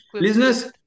business